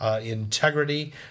integrity